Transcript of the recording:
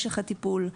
משך הטיפול,